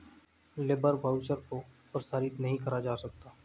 labour voucher को प्रसारित नहीं करा जा सकता